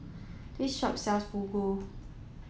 this shop sells Fugu